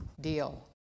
deal